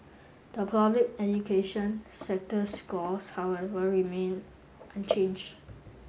the public education sector's scores however remained unchanged